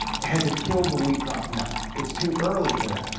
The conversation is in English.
has it killed the wheat crop? no, it's too early for that. i mean